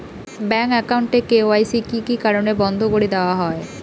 Bank account এর KYC কি কি কারণে বন্ধ করি দেওয়া হয়?